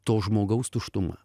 to žmogaus tuštuma